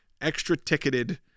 extra-ticketed